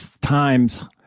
times